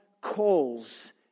calls